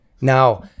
now